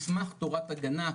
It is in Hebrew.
מסמך תורת הגנה.